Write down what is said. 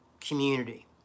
community